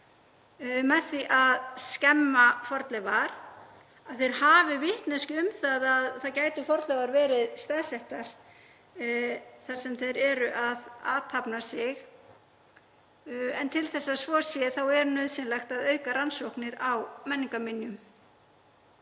með því að skemma fornleifar, að þeir hafi vitneskju um að fornleifar gætu verið staðsettar þar sem þeir eru að athafna sig. Til þess að svo verði er nauðsynlegt að auka rannsóknir á menningarminjum.